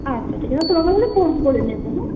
আচ্ছা ঠিক আছে তাহলে তোমাকে তাহলে ফোন করে নেব হ্যাঁ